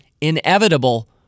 inevitable